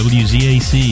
wzac